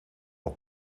wel